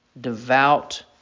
devout